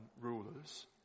rulers